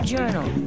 Journal